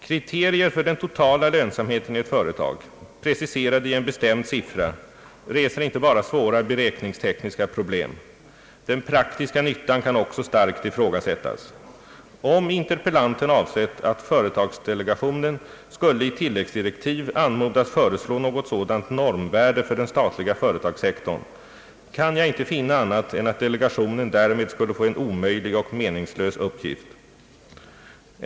Kriterier för den totala lönsamheten i ett företag, preciserade i en bestämd siffra, reser inte bara svåra beräkningstekniska problem. Den praktiska nyttan kan också starkt ifrågasättas. Om interpellanten avsett att företagsdelegationen skulle i tilläggsdirektiv anmodas föreslå något sådant normvärde för den statliga företagssektorn, kan jag inte finna annat än att delegationen därmed skulle få en omöjlig och meningslös uppgift.